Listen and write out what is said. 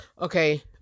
okay